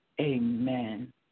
amen